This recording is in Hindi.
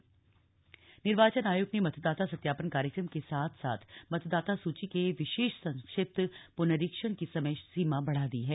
मतदाता सत्यापन निर्वाचन आयोग ने मतदाता सत्यापन कार्यक्रम के साथ मतदाता सूची के विशेष संक्षिप्त पुनरीक्षण की समय सीमा बढ़ा दी है